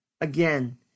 Again